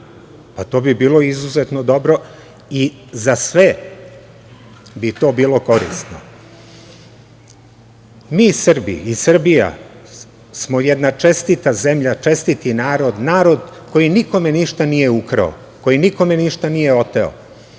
Pa, to bi bilo izuzetno dobro i za sve bi to bilo korisno. Mi Srbi i Srbija smo jedna čestita zemlja, čestiti narod, narod koji nikome ništa nije ukrao, koji nikome ništa nije oteo,